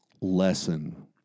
Lesson